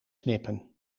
knippen